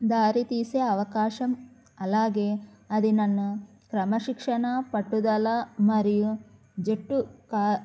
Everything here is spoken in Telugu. దారి తీసే అవకాశం అలాగే అది నన్ను క్రమశిక్షణ పట్టుదల మరియు జట్టు కా